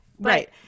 Right